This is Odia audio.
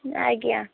ଆଜ୍ଞା